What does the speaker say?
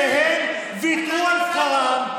שהם ויתרו על שכרם,